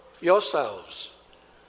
yourselves